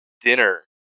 dinner